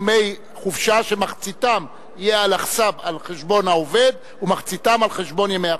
יהיו ימי חופשה שמחציתם על חשבון העובד ומחציתם על חשבון ימי החופשה.